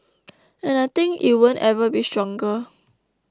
and I think it won't ever be stronger